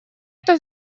это